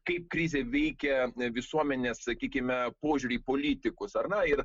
kaip krizė veikia visuomenės sakykime požiūrį į politikus ar na ir